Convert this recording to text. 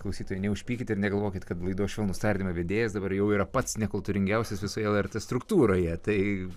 klausytojai neužpykit ir negalvokit kad laidos švelnūs tardymai vedėjas dabar jau yra pats nekultūringiausias visoje lrt struktūroje tai